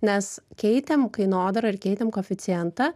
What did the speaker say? nes keitėm kainodarą ir keitėm koeficientą